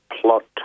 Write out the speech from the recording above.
plot